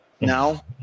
now